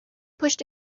pushed